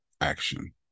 action